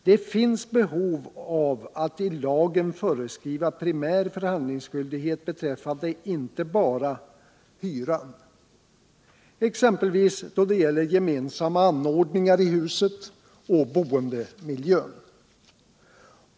Det finns behov av att i lagen föreskriva primär förhandlingsskyldighet beträffande inte bara hyran utan exempelvis också då det gäller gemensamma anordningar i huset och boendemiljön.